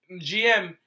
GM